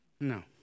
No